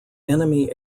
enemy